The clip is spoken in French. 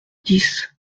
dix